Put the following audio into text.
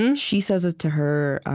and she says it to her.